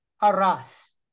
Aras